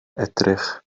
edrych